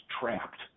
trapped